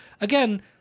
again